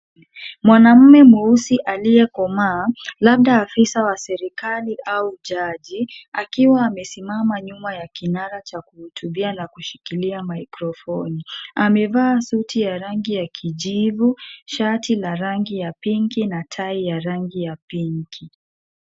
Mwanaume mweusi aliyekomaa, labda afisa wa serikali au jaji akiwa amesimama nyuma ya kinara cha kuhutubia na kushikilia maikrofoni. Amevaa suti ya rangi ya kijivu, shati la rangi ya pinki na tai ya rangi ya pinki.